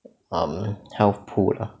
um health pool lah